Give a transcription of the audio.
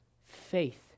faith